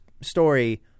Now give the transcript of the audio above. story